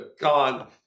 gone